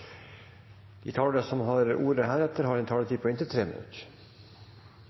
De talere som heretter får ordet, har en taletid på inntil